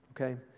Okay